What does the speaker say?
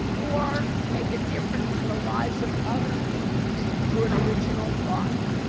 or make a difference in the lives of others through an original thought.